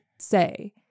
say